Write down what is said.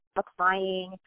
applying